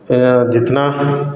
जितना